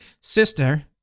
Sister